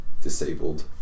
disabled